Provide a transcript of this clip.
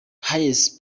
hayes